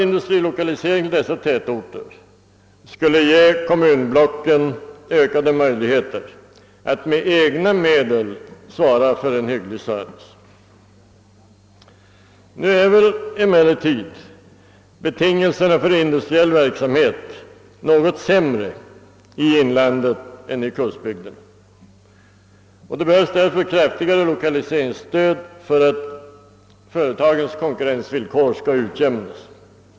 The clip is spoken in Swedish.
Industrilokalisering till dessa tätorter skulle naturligtvis öka kommunbloc kens förutsättningar att med egna medel svara för en hygglig service. Betingelserna för industriell verksamhet är emellertid något sämre i inlandet än i kustbygden, och det behövs därför kraftigare lokaliseringsstöd för att företagens konkurrensvillkor skall utjämnas.